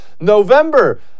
november